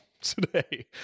today